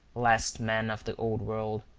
last man of the old world,